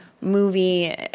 movie